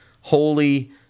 holy